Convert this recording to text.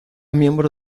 miembro